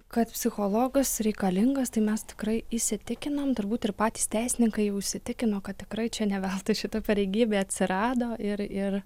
kad psichologas reikalingas tai mes tikrai įsitikinam turbūt ir patys teisininkai jau įsitikino kad tikrai čia ne veltui šita pareigybė atsirado ir ir